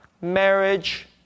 marriage